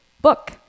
book